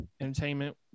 Entertainment